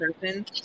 person